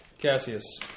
Cassius